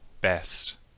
best